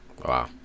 Wow